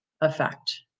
effect